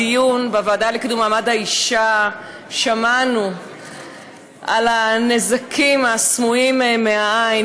בדיון בוועדה לקידום מעמד האישה שמענו על הנזקים הסמויים מהעין